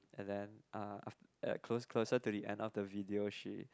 and then ah after closer to the end up the video she